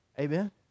Amen